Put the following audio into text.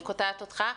אני קוטעת אותך.